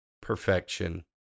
perfection